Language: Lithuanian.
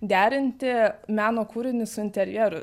derinti meno kūrinį su interjeru